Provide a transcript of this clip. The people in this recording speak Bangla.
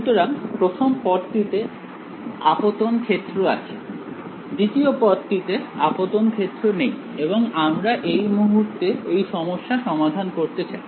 সুতরাং প্রথম পদটিতে আপতন ক্ষেত্র আছে দ্বিতীয় পদটিতে আপতন ক্ষেত্র নেই এবং আমরা এই মুহূর্তে এই সমস্যা সমাধান করতে চাই